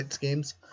games